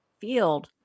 field